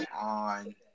on